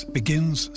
begins